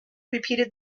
repeated